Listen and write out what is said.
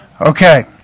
Okay